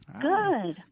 Good